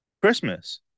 Christmas